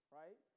right